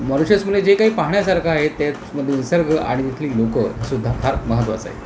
मॉरीशसमध्ये जे काही पाहण्यासारखं आहे त्याचमध्ये निसर्ग आणि इथली लोकंसुद्धा फार महत्त्वाचं आहे